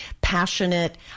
passionate